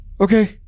Okay